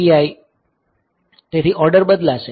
તેથી ઓર્ડર બદલાશે